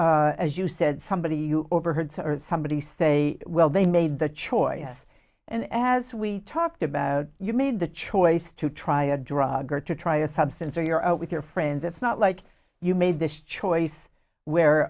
and as you said somebody you overheard somebody say well they made the choice and as we talked about you made the choice to try a drug or to try a substance or you're out with your friends it's not like you made this choice where